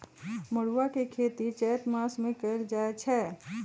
मरुआ के खेती चैत मासमे कएल जाए छै